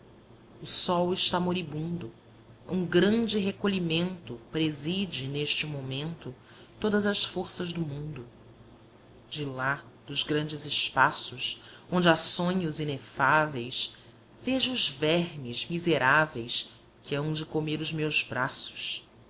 o sol está moribundo um grande recolhimento preside neste momento todas as forças do mundo de lá dos grandes espaços onde há sonhos inefáveis vejo os vermes miseráveis que hão de comer os meus braços